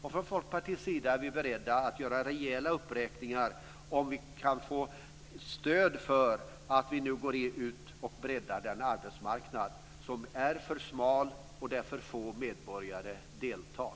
Och från Folkpartiets sida är vi beredda att göra rejäla uppräkningar om vi kan få stöd för att vi nu går ut och breddar den arbetsmarknad som är för smal och där för få medborgare deltar.